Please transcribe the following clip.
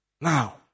Now